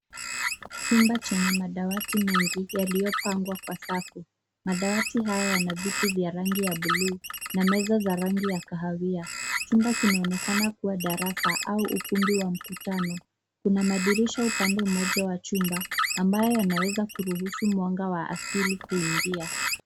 Chumba chenye madawati mengi yaliyopangwa kwa safu. Madawati haya yana viti vya rangi ya buluu na meza za rangi za kahawia. Chumba kinaonekana kuwa darasa au ukumbi wa mkutano. Kuna madirisha upande moja wa chumba ambayo yanaweza kuruhusu mwanga wa asili kuingia.